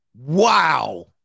Wow